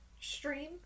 stream